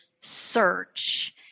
search